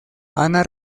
anna